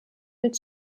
mit